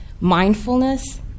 mindfulness